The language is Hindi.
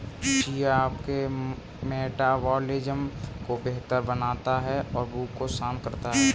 चिया आपके मेटाबॉलिज्म को बेहतर बनाता है और भूख को शांत करता है